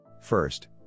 First